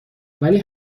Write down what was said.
ولی